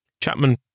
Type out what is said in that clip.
Chapman